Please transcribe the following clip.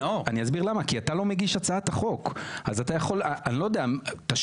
אני אסביר למה, אתה לא מגיש הצעת החוק, מה תשיב?